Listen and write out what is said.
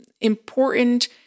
important